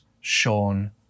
Sean